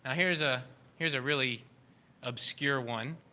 ah here's a here's a really obscure one.